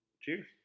Cheers